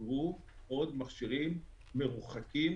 ייסגרו עוד מכשירים מרוחקים